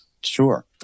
Sure